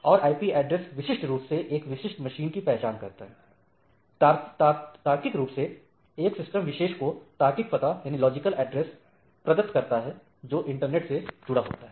और IP address विशिष्ट रूप से एक विशेष मशीन की पहचान करता है तार्किक रूप से एक सिस्टम विशेष को तार्किक पता प्रदत्त करता है जो इंटरनेट से जुड़ा हुआ होता है